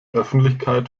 öffentlichkeit